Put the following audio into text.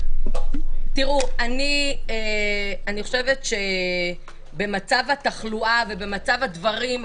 אני חושבת שבמצב התחלואה ובמצב הדברים,